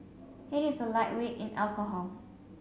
he is a lightweight in alcohol